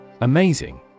Amazing